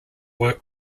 worked